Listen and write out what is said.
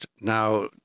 now